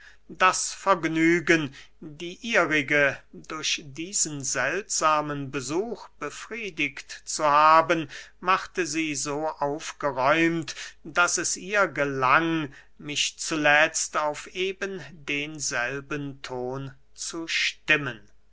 das vergnügen die ihrige durch diesen seltsamen besuch befriedigt zu haben machte sie so aufgeräumt daß es ihr gelang mich zuletzt auf eben denselben ton zu stimmen